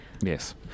Yes